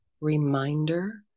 reminder